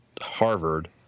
Harvard